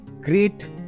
great